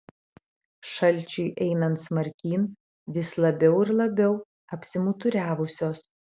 šalčiui einant smarkyn vis labiau ir labiau apsimuturiavusios